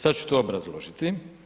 Sad ću to obrazložiti.